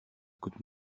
coûte